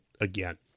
again